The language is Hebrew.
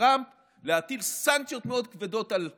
טראמפ להטיל סנקציות מאוד כבדות על איראן,